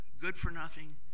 good-for-nothing